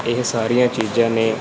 ਇਹ ਸਾਰੀਆਂ ਚੀਜ਼ਾਂ ਨੇ